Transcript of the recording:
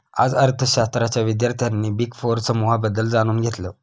आज अर्थशास्त्राच्या विद्यार्थ्यांनी बिग फोर समूहाबद्दल जाणून घेतलं